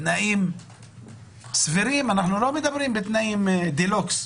בתנאים סבירים אנחנו לא מדברים בתנאים דה לוקס.